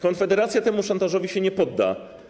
Konfederacja temu szantażowi się nie podda.